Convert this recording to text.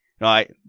Right